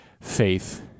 faith